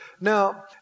Now